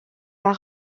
pas